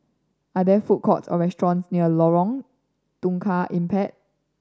are there food courts or restaurants near Lorong Tukang Empat